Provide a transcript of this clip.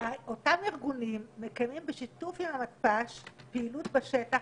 אותם ארגונים מקיימים בשיתוף עם המתפ"ש פעילות בשטח,